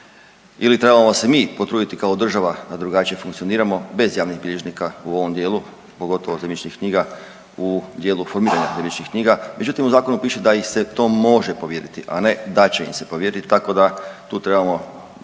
ili trebamo se mi potruditi kao država da drugačije funkcioniramo bez javnih bilježnika u ovom dijelu, pogotovo zemljišnih knjiga u dijelu formiranja zemljišnih knjiga, međutim u zakonu piše da im se to može povjeriti, a ne da će im se povjeriti tako da tu trebamo